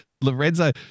Lorenzo